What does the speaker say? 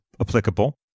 applicable